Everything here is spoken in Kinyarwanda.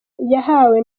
yahawe